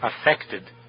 affected